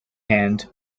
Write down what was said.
hand